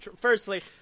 firstly